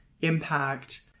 impact